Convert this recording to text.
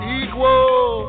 equal